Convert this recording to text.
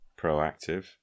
proactive